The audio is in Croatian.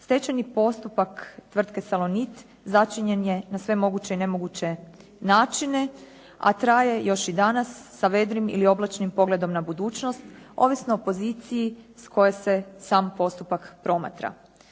Stečajni postupak tvrtke "Salonit" začinjen je na sve moguće i nemoguće načine, a traje još i danas sa vedrim ili oblačnim pogledom na budućnost ovisno o poziciji s koje se sam postupak promatra.